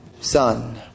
Son